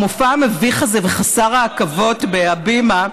המופע המביך הזה וחסר העכבות בהבימה.